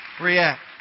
react